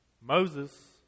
Moses